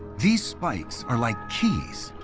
these spikes are like keys,